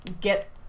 get